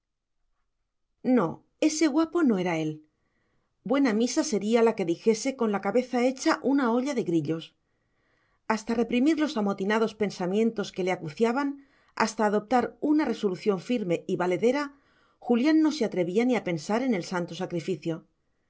no ese guapo no era él buena misa sería la que dijese con la cabeza hecha una olla de grillos hasta reprimir los amotinados pensamientos que le acuciaban hasta adoptar una resolución firme y valedera julián no se atrevía ni a pensar en el santo sacrificio